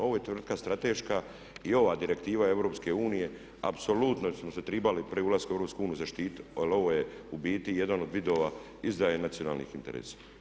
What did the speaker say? Ovo je tvrtka strateška i ova direktiva EU apsolutno smo se tribali prije ulaska u EU zaštititi, jer ovo je u biti jedan od vidova izdaje nacionalnih interesa.